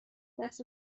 دست